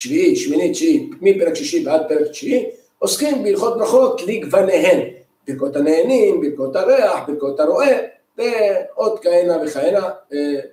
‫שביעי, שמיני, תשיעי, ‫מפרק שישי ועד פרק תשיעי, ‫עוסקים בהלכות ברכות לגווניהן. הלכות הנהנין, הלכות הריח, ‫הלכות הרועה ועוד כהנה וכהנה.